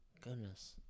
goodness